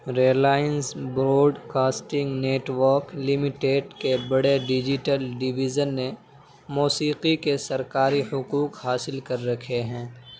Reliance broadcasting network limited کے بڑے digital division نے موسیقی کے سرکاری حقوق حاصل کر رکھے ہیں